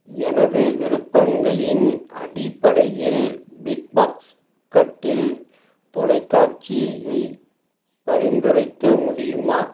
எனது விருப்பங்களின் அடிப்படையில் பிக்பாஸ்கெட் இல் தொலைக்காட்சி ஐ பரிந்துரைக்க முடியுமா